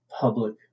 public